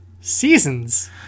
seasons